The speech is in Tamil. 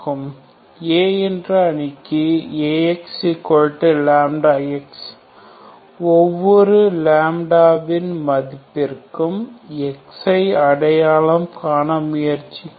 A என்ற அணிக்கு AX λX ஒவ்வொரு λ ன் மதிப்பிற்கும் X ஐ அடையாளம் காண முயற்சிக்கிறோம்